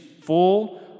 full